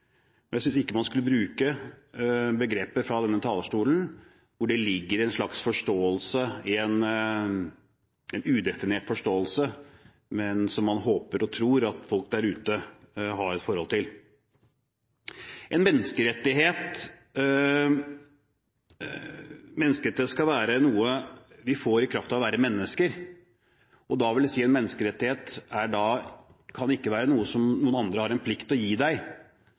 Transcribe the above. Jeg synes ikke man skal bruke begreper, fra denne talerstolen, hvor det ligger en slags udefinert forståelse, som man håper og tror at folk der ute har et forhold til. En menneskerettighet skal være noe vi får i kraft av å være mennesker. En menneskerettighet kan da ikke være noe som noen andre har en plikt til å gi